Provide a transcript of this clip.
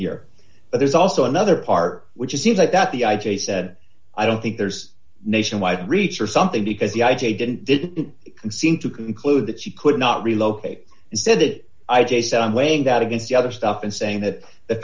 here but there's also another part which is seems like that the i j a said i don't think there's nationwide reach or something because the i j a didn't didn't seem to conclude that she could not relocate and said that i j said i'm weighing that against the other stuff and saying that the